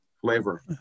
Flavor